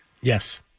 Yes